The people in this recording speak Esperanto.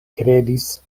kredis